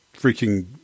freaking